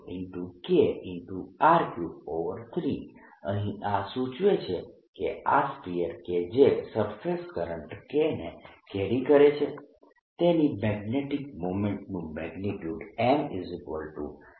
0m4π0KR33 અહીં આ સૂચવે છે કે આ સ્ફીયર કે જે સરફેસ કરંટ K ને કેરી કરે છે તેની મેગ્નેટીક મોમેન્ટનું મેગ્નિયુડ mK 4π3R3 છે